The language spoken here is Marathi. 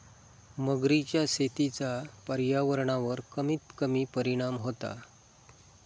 मगरीच्या शेतीचा पर्यावरणावर कमीत कमी परिणाम होता